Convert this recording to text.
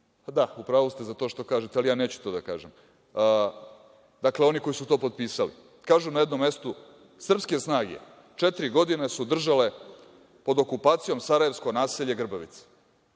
Da, u pravu ste za to što kažete, ali ja neću to da kažem, dakle oni koji su to potpisali. Kažu na jednom mestu – srpske snage četiri godine su držale pod okupacijom sarajevsko naselje Grbavica.